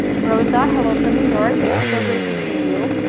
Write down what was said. rosa, hello from new york. it's so great to see you.